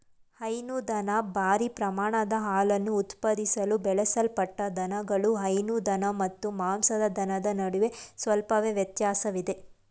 ಹೈನುದನ ಭಾರೀ ಪ್ರಮಾಣದ ಹಾಲನ್ನು ಉತ್ಪಾದಿಸಲು ಬೆಳೆಸಲ್ಪಟ್ಟ ದನಗಳು ಹೈನು ದನ ಮತ್ತು ಮಾಂಸದ ದನದ ನಡುವೆ ಸ್ವಲ್ಪವೇ ವ್ಯತ್ಯಾಸವಿದೆ